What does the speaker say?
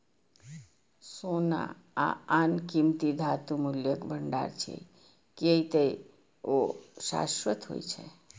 सोना आ आन कीमती धातु मूल्यक भंडार छियै, कियै ते ओ शाश्वत होइ छै